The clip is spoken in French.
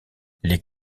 les